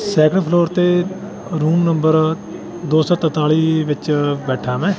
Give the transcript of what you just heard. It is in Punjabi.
ਸੈਕਿੰਡ ਫਲੋਰ 'ਤੇ ਰੂਮ ਨੰਬਰ ਦੋ ਸੌ ਤਰਤਾਲੀ ਵਿੱਚ ਬੈਠਾ ਹਾਂ ਮੈਂ